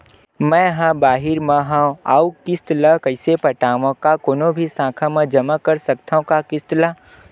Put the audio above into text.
मैं हा बाहिर मा हाव आऊ किस्त ला कइसे पटावव, का कोनो भी शाखा मा जमा कर सकथव का किस्त ला?